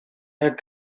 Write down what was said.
had